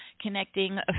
Connecting